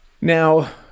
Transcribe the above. Now